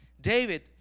David